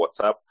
WhatsApp